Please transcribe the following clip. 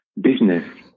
business